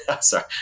sorry